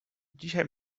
dzisiaj